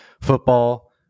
football